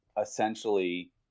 essentially